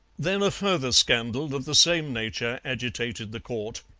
then a further scandal of the same nature agitated the court.